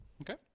Okay